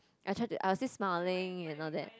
I try to I was still smiling and all that